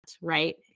right